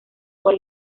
por